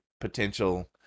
potential